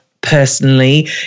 personally